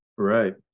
right